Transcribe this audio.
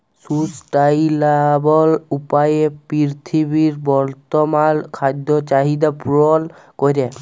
sustainable উপায়ে পীরথিবীর বর্তমাল খাদ্য চাহিদ্যা পূরল ক্যরে